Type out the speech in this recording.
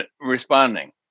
responding